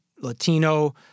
Latino